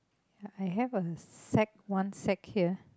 I have a sec one sat here